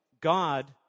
God